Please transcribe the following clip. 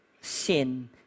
sin